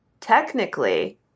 technically